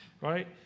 right